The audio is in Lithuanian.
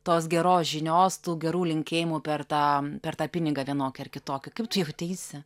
tos geros žinios tų gerų linkėjimų per tą per tą pinigą vienokį ar kitokį kaip tu jauteisi